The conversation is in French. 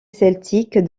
celtique